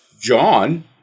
John